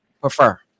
prefer